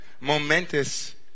momentous